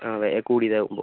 ആ വില കൂടിയത് ആവുമ്പം